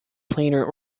planar